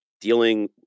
dealing